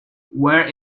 where